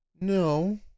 no